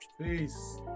Peace